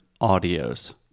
audios